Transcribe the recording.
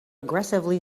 aggressively